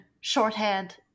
shorthand